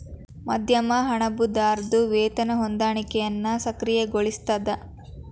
ಮಧ್ಯಮ ಹಣದುಬ್ಬರದ್ ವೇತನ ಹೊಂದಾಣಿಕೆಯನ್ನ ಸಕ್ರಿಯಗೊಳಿಸ್ತದ